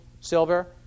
silver